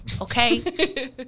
okay